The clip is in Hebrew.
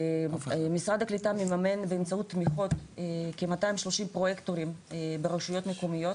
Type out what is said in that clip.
משרד הקליטה מממן באמצעות מכרז כ-230 פרויקטורים ברשויות מקומיות,